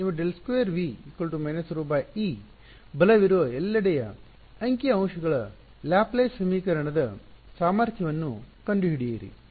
ನಿಮ್ಮ ∇2V − ρε ಬಲವಿರುವ ಎಲ್ಲೆಡೆಯ ಅಂಕಿಅಂಶಗಳ ಲ್ಯಾಪ್ಲೇಸ್ ಸಮೀಕರಣದ ಸಾಮರ್ಥ್ಯವನ್ನು ಕಂಡುಹಿಡಿಯಿರಿ